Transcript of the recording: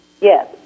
yes